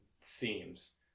themes